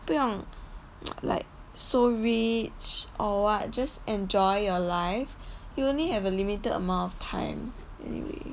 不用 like so rich or what just enjoy your life you only have a limited amount of time anyway